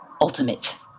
ultimate